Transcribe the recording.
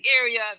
area